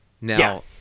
Now